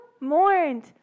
mourned